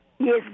Yes